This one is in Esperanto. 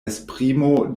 esprimo